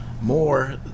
more